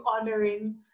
honoring